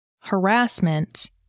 harassment